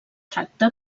tracta